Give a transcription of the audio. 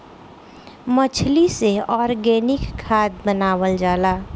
मछली से ऑर्गनिक खाद्य बनावल जाला